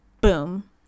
boom